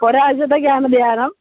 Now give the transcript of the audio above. ഒരാഴ്ച്ചത്തേക്കാണ് ധ്യാനം